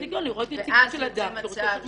לראות יציבות של אדם -- ואז יוצא מצב